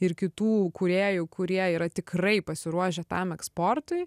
ir kitų kūrėjų kurie yra tikrai pasiruošę tam eksportui